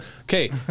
Okay